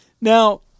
Now